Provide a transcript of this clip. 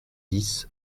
dix